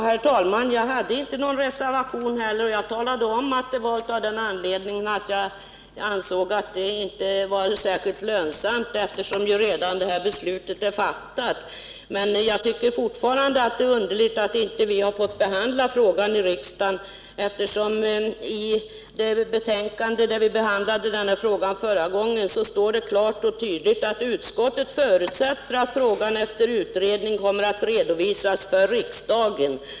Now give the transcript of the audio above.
Herr talman! Jag hade inte heller någon reservation, och jag talade om att det var av den anledningen att jag inte ansåg att det lönade sig, eftersom beslutet är fattat. Jag tycker dock fortfarande det är underligt att inte vi fått behandla denna fråga i riksdagen. I det betänkande där vi behandlade denna fråga förra gången står klart och tydligt att frågan efter utredning kommer att redovisas för riksdagen.